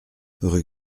rue